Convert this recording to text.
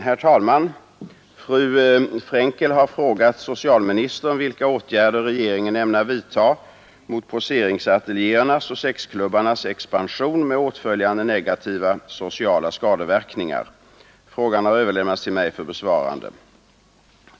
Herr talman! Fru Frenkel har frågat socialministern vilka åtgärder regeringen ämnar vidta mot poseringsateljéernas och sexklubbarnas expansion med åtföljande negativa sociala skadeverkningar. Frågan har överlämnats till mig för besvarande.